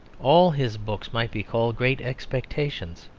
all his books might be called great expectations.